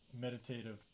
meditative